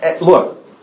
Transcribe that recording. look